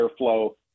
airflow